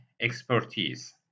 expertise